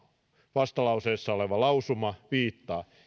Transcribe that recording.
vastalauseessa oleva lausuma viittaa